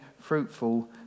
fruitful